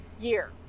year